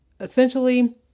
essentially